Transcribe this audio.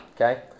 okay